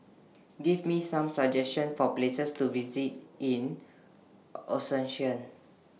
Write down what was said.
Give Me Some suggestions For Places to visit in Asuncion